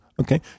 Okay